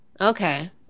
okay